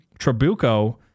Trabuco